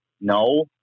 no